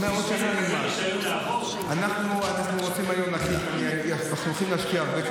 אף אחד לא מחכה שנה שלמה ואומר: עוד שנה נלמד.